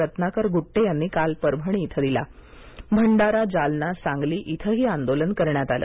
रत्नाकर गुट्टे यांनी काल परभणी इथं दिला भंडाराजालनासांगली इथंही आंदोलन करण्यात आलं